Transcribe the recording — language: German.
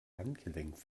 handgelenk